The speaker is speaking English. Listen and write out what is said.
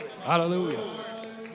hallelujah